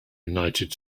united